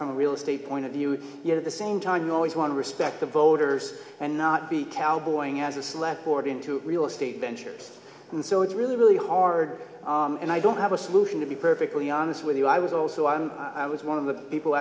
from a real estate point of view yet at the same time you always want to respect the voters and not be talboys as a slack or be into real estate ventures and so it's really really hard and i don't have a solution to be perfectly honest with you i was also on i was one of the people